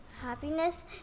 happiness